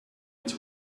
its